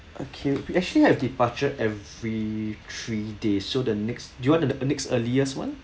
okay actually I have departure every three days so the next you want the next earliest [one]